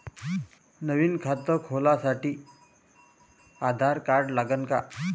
नवीन खात खोलासाठी आधार कार्ड लागन का?